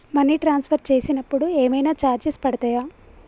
Money transfer చేసినప్పుడు ఏమైనా charges పడతయా?